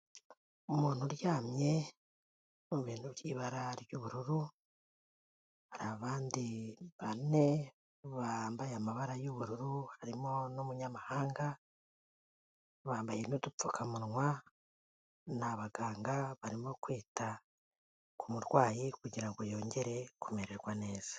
Umuntu uryamye mu bintu by'ibara ry'ubururu hari abandi bane bambaye amabara y'ubururu harimo n'umunyamahanga, bambaye n'udupfukamunwa ni abaganga barimo kwita ku murwayi kugira ngo yongere kumererwa neza.